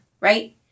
Right